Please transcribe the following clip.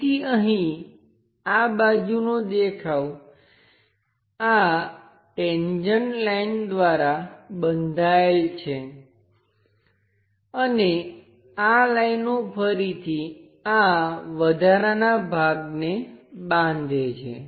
તેથી અહીં આ બાજુનો દેખાવ આ ટેન્જેન્ટ લાઈન દ્વારા બંધાયેલ છે અને આ લાઈનો ફરીથી આ વધારાના ભાગને બાંધે છે